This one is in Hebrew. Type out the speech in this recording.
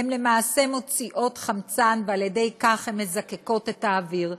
הן למעשה מוציאות חמצן ועל ידי כך הן מזקקות את האוויר,